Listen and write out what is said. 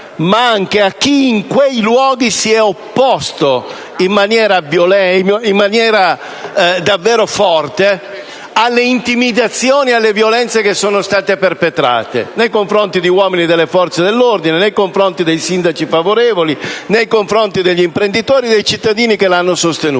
sia chi in quei luoghi si è opposto in maniera davvero forte alle intimidazioni ed alle violenze che sono state perpetrate nei confronti di uomini delle forze dell'ordine, dei sindaci favorevoli, degli imprenditori e dei cittadini che l'hanno sostenuta.